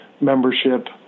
membership